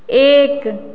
एक